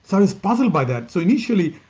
so was puzzled by that so initially,